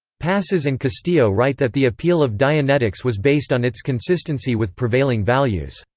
passas and castillo write that the appeal of dianetics was based on its consistency with prevailing values.